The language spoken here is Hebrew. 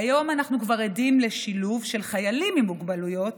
כיום אנחנו כבר עדים לשילוב של חיילים עם מוגבלויות